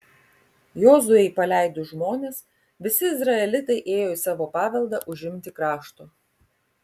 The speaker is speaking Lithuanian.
jozuei paleidus žmones visi izraelitai ėjo į savo paveldą užimti krašto